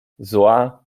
zła